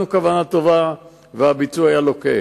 היתה כוונה טובה והביצוע היה לקוי.